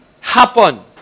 happen